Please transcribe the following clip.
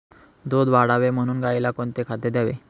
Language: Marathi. दूध वाढावे म्हणून गाईला कोणते खाद्य द्यावे?